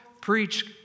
preach